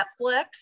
Netflix